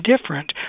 different